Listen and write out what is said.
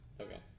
Okay